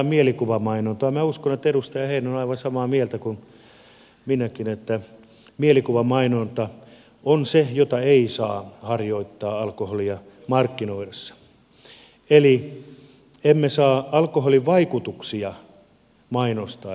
minä uskon että edustaja heinonen on aivan samaa mieltä kuin minäkin että mielikuvamainonta on se jota ei saa harjoittaa alkoholia markkinoidessa eli emme saa alkoholin vaikutuksia mainostaa